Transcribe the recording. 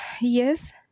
yes